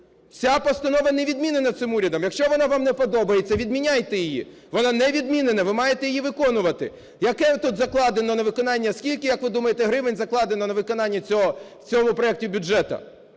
Ця постанова не відмінена цим урядом. Якщо вона вам не подобається, відміняйте її. Вона не відмінена, ви маєте її виконувати. Яке тут закладено на виконання? Скільки, як ви думаєте, гривень закладено на виконання в цьому проекті бюджету?